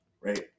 Right